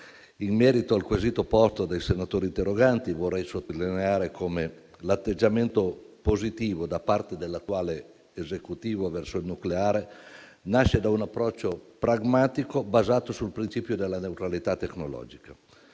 In merito al quesito posto, vorrei sottolineare come l'atteggiamento positivo da parte dell'attuale Esecutivo verso il nucleare nasca da un approccio pragmatico, basato sul principio della neutralità tecnologica.